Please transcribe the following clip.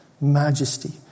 Majesty